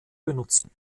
benutzen